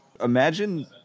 imagine –